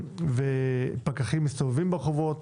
פקחים מסתובבים ברחובות,